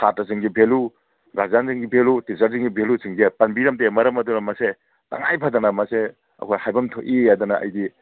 ꯁꯥꯠꯇ꯭ꯔꯁꯤꯡꯒꯤ value ꯒꯥꯔꯖꯤꯌꯥꯟꯁꯤꯡꯒꯤ value ꯇꯤꯆꯔꯁꯤꯡꯒꯤ ꯚꯦꯂꯨꯁꯤꯡꯁꯦ ꯄꯟꯕꯤꯔꯝꯗꯦ ꯃꯔꯝ ꯑꯗꯨꯅ ꯃꯁꯦ ꯇꯉꯥꯏ ꯐꯗꯅ ꯃꯁꯦ ꯑꯩꯈꯣꯏ ꯍꯥꯏꯐꯝ ꯊꯣꯛꯏ ꯍꯥꯏꯗꯅ ꯑꯩꯗꯤ